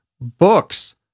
books